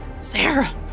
Sarah